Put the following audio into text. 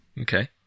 Okay